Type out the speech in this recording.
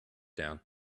down